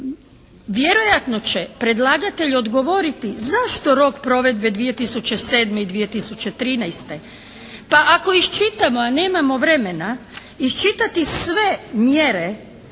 Vjerojatno će predlagatelj odgovoriti zašto rok provedbe 2007. i 2013.? Pa ako ih čitamo a nemamo vremena iščitati sve mjere